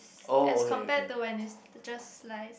as compare to when it just slice